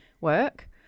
work